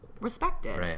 respected